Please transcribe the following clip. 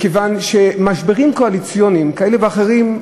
מכיוון שמשברים קואליציוניים כאלה ואחרים,